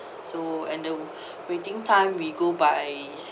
so and the waiting time we go by the